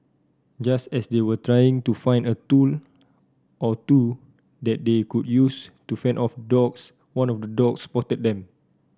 just as they were trying to find a tool or two that they could use to fend off dogs one of the dogs spotted them